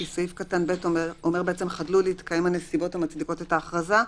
כי סעיף קטן (ב) אומר בעצם "חדלו להתקיים הנסיבות המצדיקות את ההכרזה...